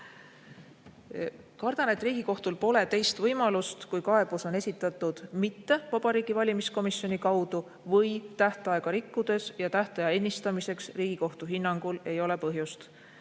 Kardan, et Riigikohtul pole teist võimalust, kui kaebus pole esitatud mitte Vabariigi Valimiskomisjoni kaudu või tähtaega rikkudes ja tähtaja ennistamiseks Riigikohtu hinnangul ei ole põhjust.